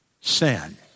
sin